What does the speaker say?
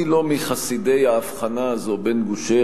אני לא מחסידי ההבחנה הזו בין גושי